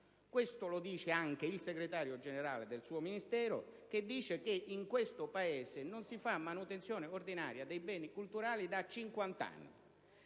Questo lo afferma anche il segretario generale del suo Ministero, quando riferisce che in questo Paese non si fa manutenzione ordinaria dei beni culturali da 50 anni.